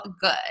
good